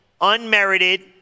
unmerited